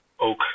oak